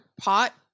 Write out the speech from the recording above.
pot